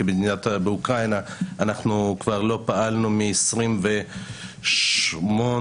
כי באוקראינה אנחנו לא פעלנו מ-28 בפברואר,